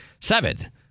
seven